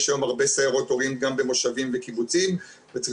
יש היום הרבה סיירות הורים גם במושבים וקיבוצים וצריך